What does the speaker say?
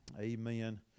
amen